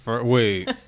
wait